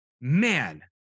man